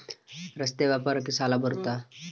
ರಸ್ತೆ ವ್ಯಾಪಾರಕ್ಕ ಸಾಲ ಬರುತ್ತಾ?